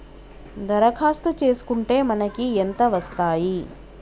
దరఖాస్తు చేస్కుంటే మనకి ఎంత వస్తాయి?